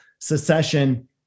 secession